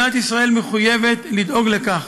מדינת ישראל מחויבת לדאוג לכך